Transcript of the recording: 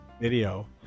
video